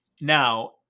now